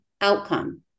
outcome